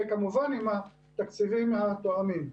וכמובן, עם התקציבים התואמים.